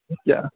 کیا